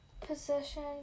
Possession